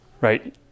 Right